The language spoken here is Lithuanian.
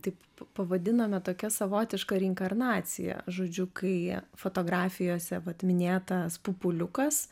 taip pavadinome tokia savotiška reinkarnacija žodžiu kai fotografijose vat minėtas pupuliukas